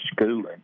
schooling